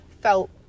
felt